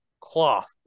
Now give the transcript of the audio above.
Cloth